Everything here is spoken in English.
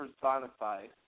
personified